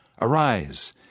Arise